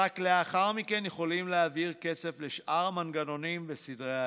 רק לאחר מכן יכולים להעביר כסף לשאר המנגנונים וסדרי העדיפויות.